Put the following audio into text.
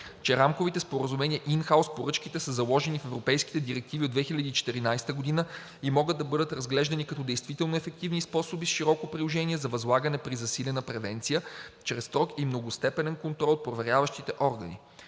че рамковите споразумения и ин хаус поръчките са заложени в европейските директиви от 2014 г. и могат да бъдат разглеждани като действително ефективни способи с широко приложение за възлагане при засилена превенция чрез строг и многостепенен контрол от проверяващите органи.